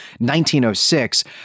1906